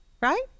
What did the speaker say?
right